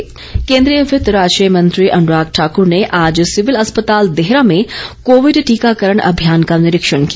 अनुराग केंद्रीय वित्त राज्य मंत्री अनुराग ठाकूर ने आज सीविल अस्पताल देहरा में कोविड टीकाकरण अभियान का निरीक्षण किया